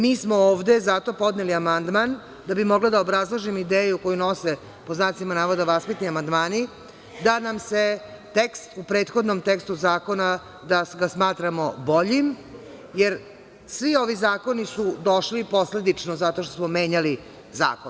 Mi smo ovde zato podneli amandman da bih mogla da obrazložim ideju koju nose, pod znacima navoda, vaspitni amandmani, a da tekst u prethodnom tekstu zakona smatramo boljim, jer svi ovi zakoni su došli posledično zato što smo menjali zakon.